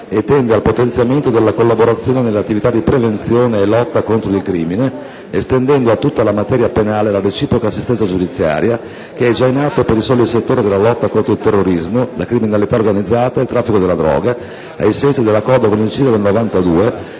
e tende al potenziamento della collaborazione nelle attività di prevenzione e lotta contro il crimine, estendendo a tutta la materia penale la reciproca assistenza giudiziaria, già in atto per i soli settori della lotta contro il terrorismo, la criminalità organizzata e il traffico della droga, ai sensi dell'Accordo con il Cile del 1992,